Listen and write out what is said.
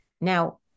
Now